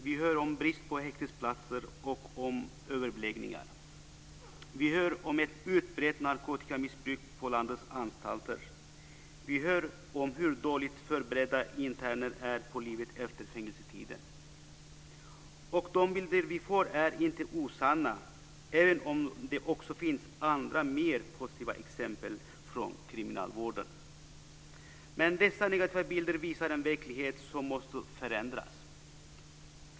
Vi hör om brist på häktesplatser och om överbeläggningar. Vi hör om ett utbrett narkotikamissbruk på landets anstalter. Vi hör om hur dåligt förberedda interner är på livet efter fängelsetiden. De bilder vi får är inte osanna, även om det också finns andra mer positiva exempel från kriminalvården. Men dessa negativa bilder visar en verklighet som måste förändras.